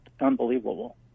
unbelievable